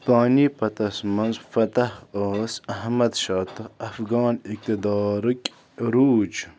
پانی پتَس منٛز فتح ٲس احمد شاہ تہٕ افغان اقتدارٕكۍ عروٗج